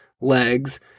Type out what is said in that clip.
legs